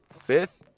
Fifth